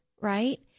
right